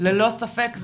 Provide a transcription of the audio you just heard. ללא ספק,